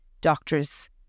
doctors